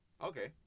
Okay